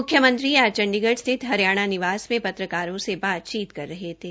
मुख्यमंत्री आज चंडीगढ़ स्थित हरियाणा निवास में पत्रकारों से बातचीत कर रहे थे